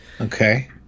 okay